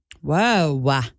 Whoa